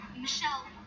Michelle